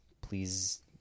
please